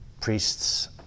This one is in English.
priests